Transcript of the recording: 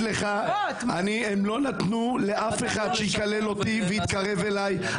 לך שהם לא נתנו לאף אחד לקלל אותי או להתקרב אליי.